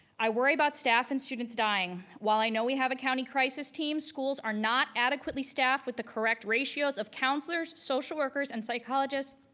i worry about staff and students dying. while i know we have a county crisis team, schools are not adequately staffed with the correct ratios of counselors, social workers, and psychologists,